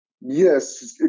Yes